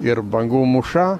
ir bangų mūša